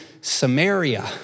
Samaria